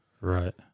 Right